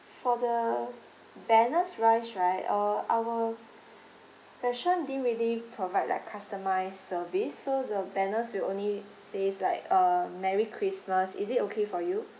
for the banners wise right uh our restaurant didn't really provide like customised service so the banners will only says like uh merry christmas is it okay for you